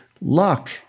Luck